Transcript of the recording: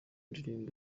album